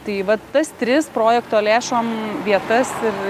tai vat tas tris projekto lėšom vietas ir